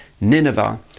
Nineveh